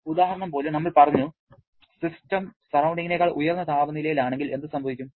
ഉദാഹരണം പോലെ നമ്മൾ പറഞ്ഞു സിസ്റ്റം സറൌണ്ടിങ്ങിനെനേക്കാൾ ഉയർന്ന താപനിലയിലാണെങ്കിൽ എന്തു സംഭവിക്കും